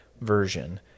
version